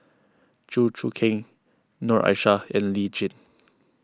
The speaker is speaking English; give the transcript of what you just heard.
Chew Choo Keng Noor Aishah and Lee Tjin